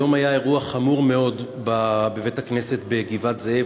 היום היה אירוע חמור מאוד בבית-הכנסת בגבעת-זאב,